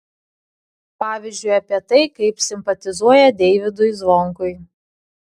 pavyzdžiui apie tai kaip simpatizuoja deivydui zvonkui